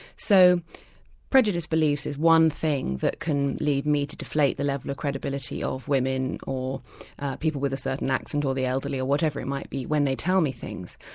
so prejudice belief is one thing that can lead me to deflate the level of credibility of women, or people with a certain accent, or the elderly, or whatever it might be when they tell me things.